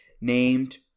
named